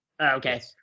Okay